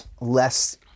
less